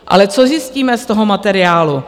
Ale co zjistíme z toho materiálu?